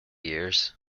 years